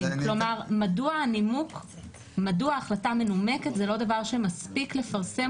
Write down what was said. מדוע החלטה מנומקת זה לא דבר שמספיק לפרסם